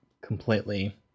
completely